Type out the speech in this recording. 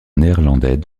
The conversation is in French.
néerlandais